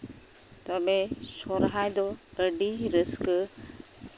ᱛᱚᱵᱮ ᱥᱚᱨᱦᱟᱭ ᱫᱚ ᱟᱹᱰᱤ ᱨᱟᱹᱥᱠᱟᱹ